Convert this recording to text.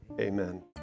Amen